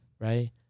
right